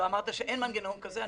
לא, אמרת שאין מנגנון כזה.